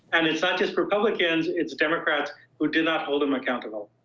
and it's not just republicans it's democrats who do not hold him accountable.